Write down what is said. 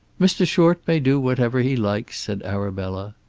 mr. short may do whatever he likes, said arabella.